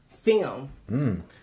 film